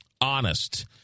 honest